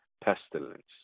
pestilence